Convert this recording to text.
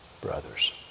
brothers